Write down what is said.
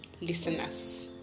listeners